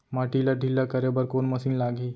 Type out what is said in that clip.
माटी ला ढिल्ला करे बर कोन मशीन लागही?